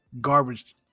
garbage